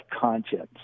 conscience